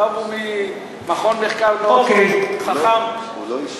טאוב הוא ממכון מחקר מאוד חכם, אוקיי.